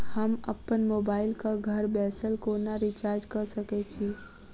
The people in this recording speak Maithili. हम अप्पन मोबाइल कऽ घर बैसल कोना रिचार्ज कऽ सकय छी?